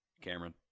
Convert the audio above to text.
Cameron